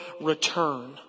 return